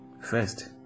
first